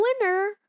winner